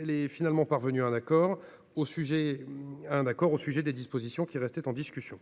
Elle est finalement parvenue à un accord. Parmi les dispositions restant en discussion